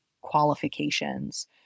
qualifications